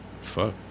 fuck